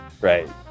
Right